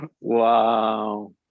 wow